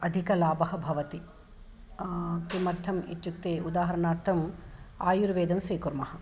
अधिकः लाभः भवति किमर्थम् इत्युक्ते उदाहरणार्थम् आयुर्वेदं स्वीकुर्मः